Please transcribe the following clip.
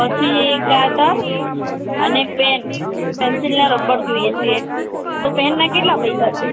પછી એક કાતર અને પેન પેન્સિલ ને રબર જોઈએ છીએ તો પેનના કેટલા પૈસા છે